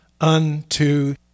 unto